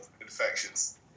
infections